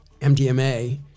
MDMA